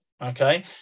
okay